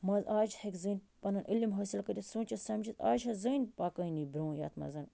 منٛز آز چھِ ہٮ۪کہِ زٔنۍ پَنُن علم حٲصِل کٔرِتھ سوٗنچِتھ سَمٛجِتھ آز چھےٚ زٔنۍ پکٲنی برونٛہہ یَتھ منٛز